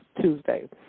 Tuesday